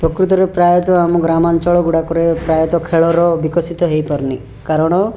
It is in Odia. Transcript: ପ୍ରକୃତରେ ପ୍ରାୟତଃ ଆମ ଗ୍ରାମାଞ୍ଚଳ ଗୁଡ଼ାକରେ ପ୍ରାୟତଃ ଖେଳର ବିକଶିତ ହୋଇପାରୁନି କାରଣ